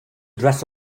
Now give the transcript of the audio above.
dress